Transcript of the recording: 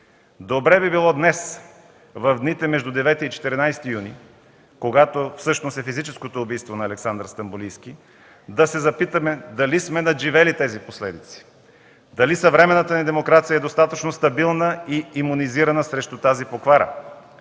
Добре би било днес, в дните между 9 и 14 юни, когато всъщност е физическото убийство на Александър Стамболийски, да се запитаме дали сме надживели тези последици, дали съвременната ни демокрация е достатъчно стабилна и имунизирана срещу тази поквара,